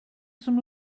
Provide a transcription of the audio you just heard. some